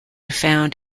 found